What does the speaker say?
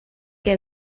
que